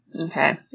Okay